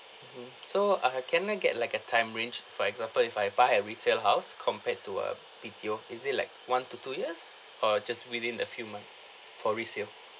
mmhmm so ah can I get like a time range for example if I buy a resale house compared to a B_T_O is it like one to two years or just within a few months for resale